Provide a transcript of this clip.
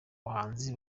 bahanzi